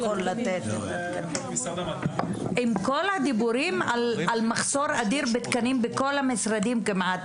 עם כל הדיבורים על מחסור אדיר בתקנים כמעט בכל המשרדים,